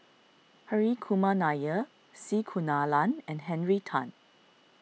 Hri Kumar Nair C Kunalan and Henry Tan